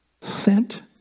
Sent